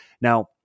now